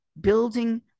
building